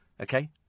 okay